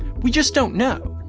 we just don't know.